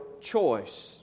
choice